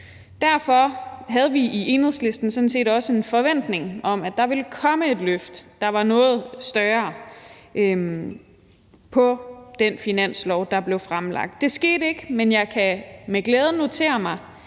Derfor havde vi i Enhedslisten sådan set også en forventning om, at der ville komme et løft, der var noget større, på den finanslov, der blev fremlagt. Det skete ikke, men jeg kan med glæde notere mig,